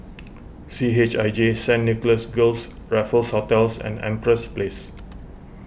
C H I J Saint Nicholas Girls Raffles Hotels and Empress Place